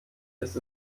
ist